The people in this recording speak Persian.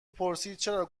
پرسیدچرا